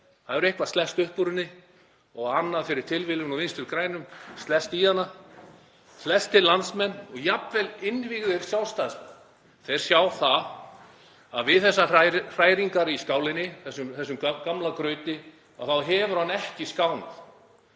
það hefur eitthvað slest upp úr henni og annað fyrir tilviljun úr Vinstri grænum slest í hana. Flestir landsmenn og jafnvel innvígðir Sjálfstæðismenn sjá það að við þessar hræringar í skálinni, þessum gamla grauti, þá hefur hann ekki skánað.